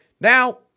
Now